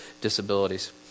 disabilities